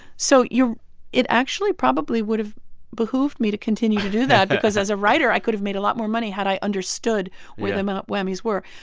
so you it actually, probably would've behooved me to continue to do that because as a writer, i could've made a lot more money had i understood where the amount whammies were.